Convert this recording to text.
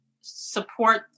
support